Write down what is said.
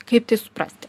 kaip tai suprasti